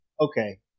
Okay